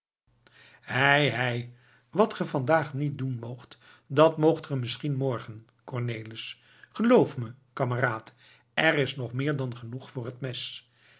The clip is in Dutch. hei hei wat ge vandaag niet doen moogt dat moogt ge misschien morgen cornelis geloof me kameraad er is nog meer dan genoeg voor het mes